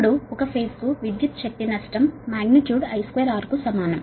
ఇప్పుడు ప్రతి ఫేజ్ కు పవర్ లాస్ మాగ్నిట్యూడ్ I2R కు సమానం